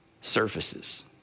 surfaces